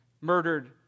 Murdered